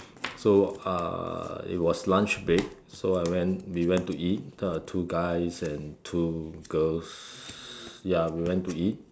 so uh it was lunch break so I went we went to eat uh two guys and two girls ya we went to eat